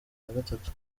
nagatatu